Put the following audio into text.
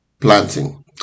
planting